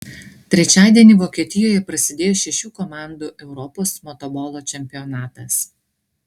trečiadienį vokietijoje prasidėjo šešių komandų europos motobolo čempionatas